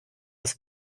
das